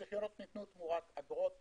זכיונות ניתנו תמורת אגרות וכו'.